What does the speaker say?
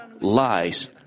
lies